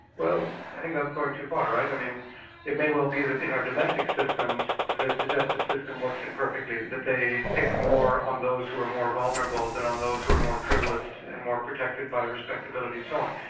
well, i think that's going too far. i mean it may well be that in our domestic systems that the justice system works in perfectly, that they pick more on those who are more vulnerable than on those who are more privileged and more protected by respectability and so on.